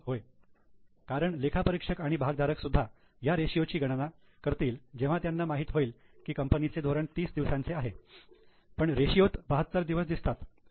उत्तर आहे 'होय' कारण लेखा परीक्षक आणि भागधारक सुद्धा ह्या रेषीयोची गणना करतील जेव्हा त्यांना माहित होईल की कंपनीचे धोरण 30 दिवसांचे आहे पण रेषीयो त बहात्तर दिवस दिसतात